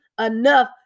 enough